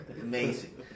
amazing